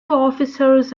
officers